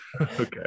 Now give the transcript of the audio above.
okay